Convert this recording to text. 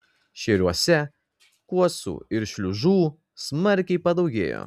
šėriuose kuosų ir šliužų smarkiai padaugėjo